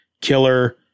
killer